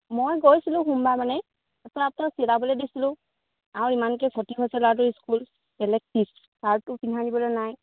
মই গৈছিলোঁ সোমবাৰ মানে চিলাবলে দিছিলোঁ আৰু ইমানকে খতি হৈছে ল'ৰাটোৰ স্কুল বেলেগ চাৰ্টটো পিন্ধাই দিবলে নাই